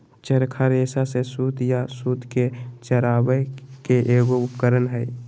चरखा रेशा से सूत या सूत के चरावय के एगो उपकरण हइ